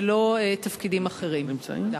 ולא בעלי תפקידים אחרים.